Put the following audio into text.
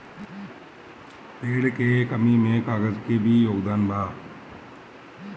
पेड़ के कमी में कागज के भी योगदान बा